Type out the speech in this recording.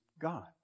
God